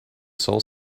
sole